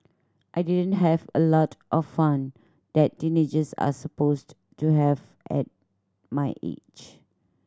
I didn't have a lot of fun that teenagers are supposed to have at my age